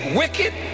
wicked